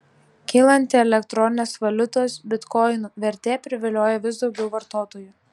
kylanti elektroninės valiutos bitkoinų vertė privilioja vis daug vartotojų